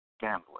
gambling